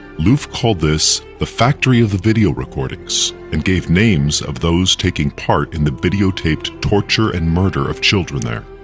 louf called this the factory of the video recordings and gave names of those taking part in the videotaped torture and murder of children there.